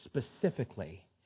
specifically